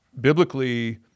Biblically